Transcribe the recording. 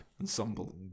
ensemble